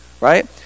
right